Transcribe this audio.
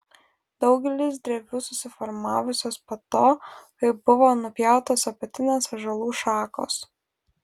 daugelis drevių susiformavusios po to kai buvo nupjautos apatinės ąžuolų šakos